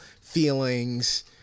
feelings